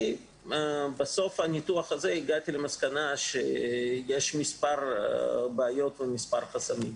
בסוף הניתוח הזה הגעתי למסקנה שיש מספר בעיות ומספר חסמים.